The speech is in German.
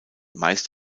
meist